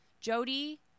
Jody